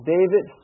David